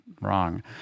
wrong